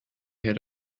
had